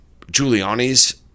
Giuliani's